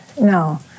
no